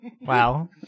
Wow